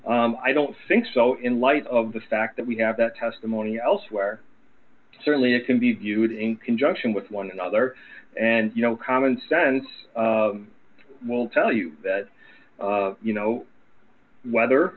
i don't think so in light of the fact that we have that testimony elsewhere certainly it can be viewed in conjunction with one another and you know common sense will tell you that you know whether